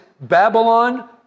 Babylon